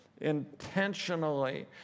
intentionally